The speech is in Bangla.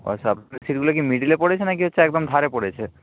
ও আচ্ছা সিটগুলো কি মিডলে পড়েছে না কি হচ্ছে একদম ধারে পড়েছে